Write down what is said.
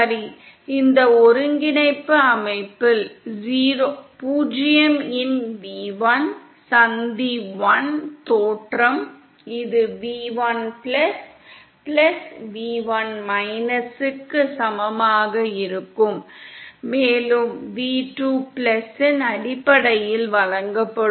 சரி இந்த ஒருங்கிணைப்பு அமைப்பில் 0 இன் v1 சந்தி 1 தோற்றம் இது v1 க்கு சமமாக இருக்கும் மேலும் v2 இன் அடிப்படையில் வழங்கப்படும்